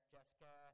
Jessica